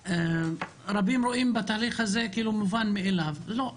רבים רואים בתהליך הזה מובן מאליו לא,